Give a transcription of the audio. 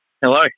Hello